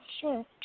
sure